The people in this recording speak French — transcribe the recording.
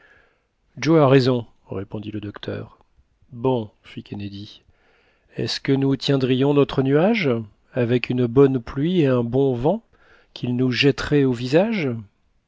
joe a raison répondit le docteur bon fit kennedy est-ce que nous tiendrions notre nuage avec une bonne pluie et un bon vent qu'il nous jetterait au visage